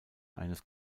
eines